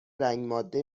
رنگماده